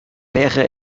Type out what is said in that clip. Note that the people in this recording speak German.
wäre